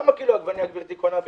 כמה קילו גברתי קונה בשבוע?